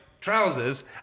trousers